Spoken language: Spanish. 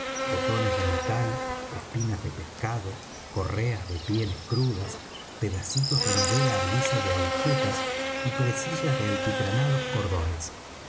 botones de metal espinas de pescado correas de pieles crudas pedacitos de madera á guisa de agujetas y presillas de alquitranados cordones